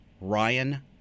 Ryan